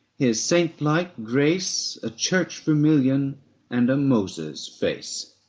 his saint-like grace a church vermilion and a moses' face.